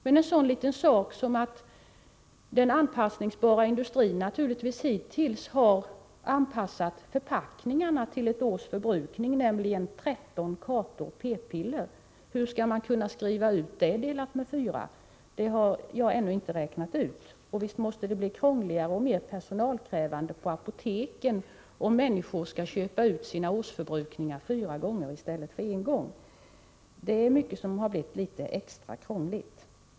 Men den anpassningsbara industrin har hittills naturligtvis anpassat förpackningarna till ett års förbrukning, nämligen 13 kartor p-piller. Hur skall man kunna skriva ut detta delat med fyra? Det har jag ännu inte räknat ut. Visst måste det bli krångligare och mer personalkrävande på apoteken, om människor skall köpa ut sin årsförbrukning fyra gånger i stället för en gång. Mycket har blivit litet extra krångligt.